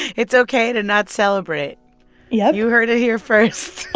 it's ok to not celebrate yup you heard it here first